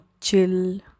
chill